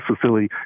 facility